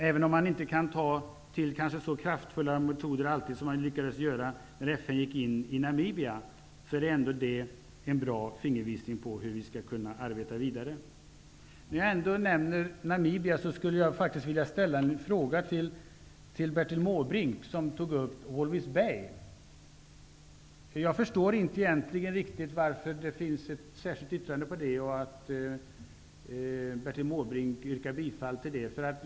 Även om man kanske inte kan ta till så kraftfulla metoder som man lyckades göra när FN gick in i Namibia, är detta ändå en bra fingervisning på hur vi skall kunna arbeta vidare. När jag nu ändå nämner Namibia vill jag ställa en fråga till Bertil Måbrink. Han tog upp frågan om Walvis Bay. Jag förstår egentligen inte riktigt varför det finns ett särskilt yttrande om detta och att Bertil Måbrink yrkar bifall till det.